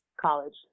college